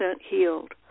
healed